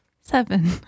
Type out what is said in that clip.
Seven